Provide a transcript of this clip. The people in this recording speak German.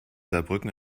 saarbrücken